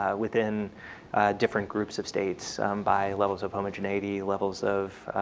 ah within different groups of states by levels of homogeneity levels of